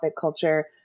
culture